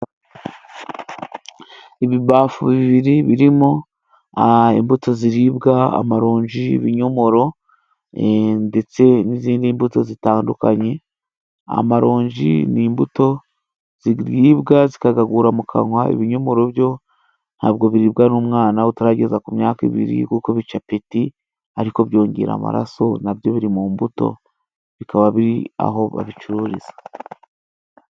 Ibibafu bibiri birimo imbuto ziribwa amaronji ,ibinyomoro, ndetse n'izindi mbuto zitandukanye .Amaronji ni imbuto ziribwa zikagagura mu kanwa, ibinyomoro byo ntabwo biribwa n'umwana utarageza ku myaka ibiri kuko bica apeti ariko byongera amaraso ,na byo biri mu mbuto bikaba biri aho babicururiza.